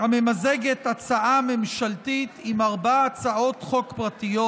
הממזגת הצעה ממשלתית עם ארבע הצעות חוק פרטיות,